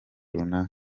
runaka